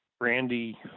Randy